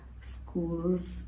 schools